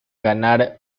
ganar